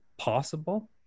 possible